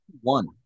one